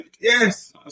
Yes